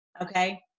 okay